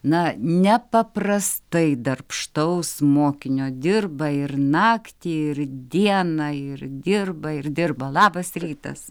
na nepaprastai darbštaus mokinio dirba ir naktį ir dieną ir dirba ir dirba labas rytas